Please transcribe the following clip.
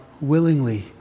willingly